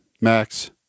Max